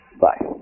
bye